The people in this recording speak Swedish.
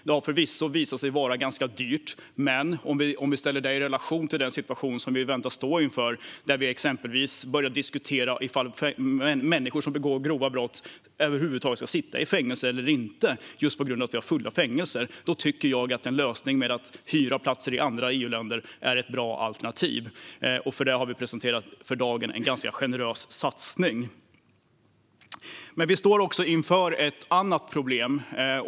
Det har förvisso visat sig vara ganska dyrt, men om vi ställer det i relation till den situation som vi väntas stå inför - där vi exempelvis börjar diskutera om människor som begår grova brott över huvud taget ska sitta i fängelse, just på grund av att vi har fulla fängelser - tycker jag att en lösning med att hyra platser i andra EU-länder är ett bra alternativ. För detta har vi presenterat en ganska generös satsning. Vi står också inför ett annat problem.